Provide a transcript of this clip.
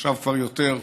עכשיו כבר יותר,